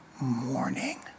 morning